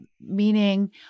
meaning